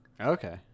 Okay